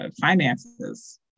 finances